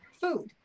food